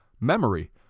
memory